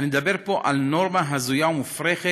אני מדבר פה על נורמה הזויה ומופרכת